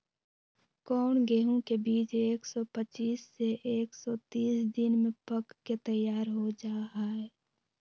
कौन गेंहू के बीज एक सौ पच्चीस से एक सौ तीस दिन में पक के तैयार हो जा हाय?